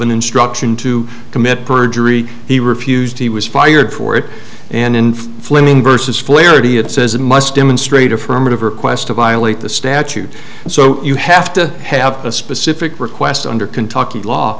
an instruction to commit perjury he refused he was fired for it and inflaming versus flaherty it says must demonstrate affirmative request to violate the statute so you have to have a specific request under kentucky law